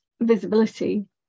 visibility